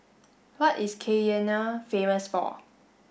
what is Cayenne famous for